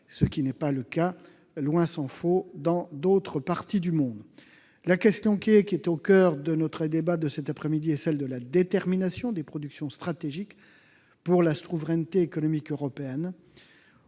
ce qui n'est pas le cas, loin de là, dans d'autres parties du monde. La question clé qui est au coeur de notre débat cette après-midi est celle de la détermination des productions stratégiques pour la souveraineté économique européenne.